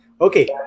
Okay